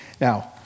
Now